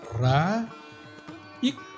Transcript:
ra-ik